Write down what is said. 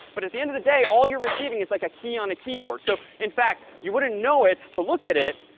but at the end of the day, all you're receiving is, like, a key on a keyboard. so, in fact, you wouldn't know it to look at it.